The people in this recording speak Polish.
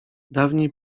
dawniej